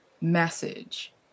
message